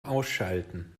ausschalten